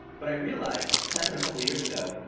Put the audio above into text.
but i realized this happened a couple of years ago.